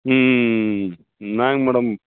ம் ம் ம் ம் என்னாங்க மேடம்